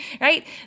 right